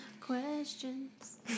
questions